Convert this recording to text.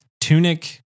Tunic